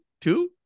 two